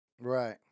Right